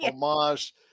homage